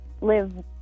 live